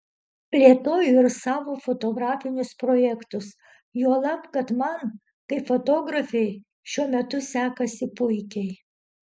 plėtoju ir savo fotografinius projektus juolab kad man kaip fotografei šiuo metu sekasi puikiai